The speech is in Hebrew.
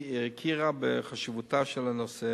הכירה בחשיבותו של הנושא